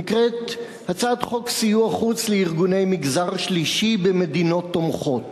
נקראת הצעת חוק סיוע חוץ לארגוני מגזר שלישי במדינות תומכות.